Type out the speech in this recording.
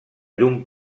llum